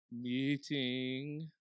meeting